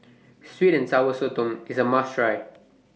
Sweet and Sour Sotong IS A must Try